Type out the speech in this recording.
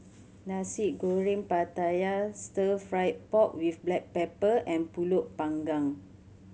Nasi Goreng Pattaya Stir Fried Pork With Black Pepper and Pulut Panggang